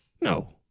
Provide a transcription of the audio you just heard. No